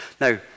Now